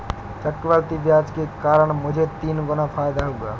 चक्रवृद्धि ब्याज के कारण मुझे तीन गुना फायदा हुआ